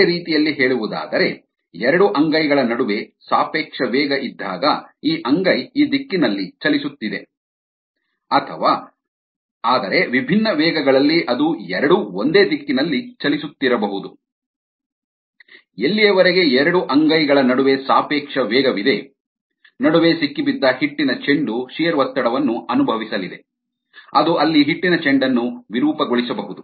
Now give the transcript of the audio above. ಬೇರೆ ರೀತಿಯಲ್ಲಿ ಹೇಳುವುದಾದರೆ ಎರಡು ಅಂಗೈಗಳ ನಡುವೆ ಸಾಪೇಕ್ಷ ವೇಗ ಇದ್ದಾಗ ಈ ಅಂಗೈ ಈ ದಿಕ್ಕಿನಲ್ಲಿ ಚಲಿಸುತ್ತಿದೆ ಅಥವಾ ಆದರೆ ವಿಭಿನ್ನ ವೇಗಗಳಲ್ಲಿ ಅದು ಎರಡೂ ಒಂದೇ ದಿಕ್ಕಿನಲ್ಲಿ ಚಲಿಸುತ್ತಿರಬಹುದು ಎಲ್ಲಿಯವರೆಗೆ ಎರಡು ಅಂಗೈಗಳ ನಡುವೆ ಸಾಪೇಕ್ಷ ವೇಗವಿದೆ ನಡುವೆ ಸಿಕ್ಕಿಬಿದ್ದ ಹಿಟ್ಟಿನ ಚೆಂಡು ಶಿಯರ್ ಒತ್ತಡವನ್ನು ಅನುಭವಿಸಲಿದೆ ಅದು ಅಲ್ಲಿ ಹಿಟ್ಟಿನ ಚೆಂಡನ್ನು ವಿರೂಪಗೊಳಿಸಬಹುದು